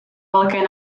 velké